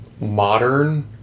modern